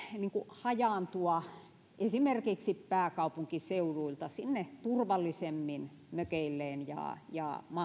hajaantua esimerkiksi pääkaupunkiseudulta turvallisemmin sinne mökeilleen ja ja